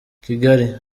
kigali